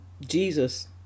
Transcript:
jesus